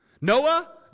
Noah